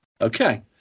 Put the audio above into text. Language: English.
Okay